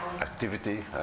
activity